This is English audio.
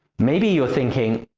maybe you're thinking,